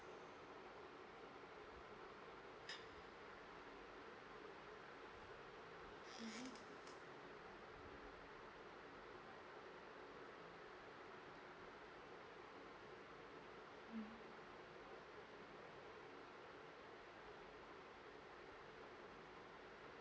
mm oh mm